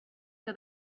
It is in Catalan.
que